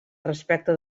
respecte